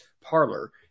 Parlor